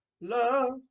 love